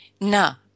Now